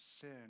sin